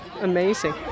amazing